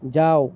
যাও